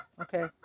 okay